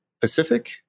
Pacific